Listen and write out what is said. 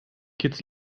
kids